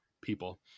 people